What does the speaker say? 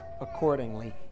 accordingly